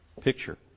picture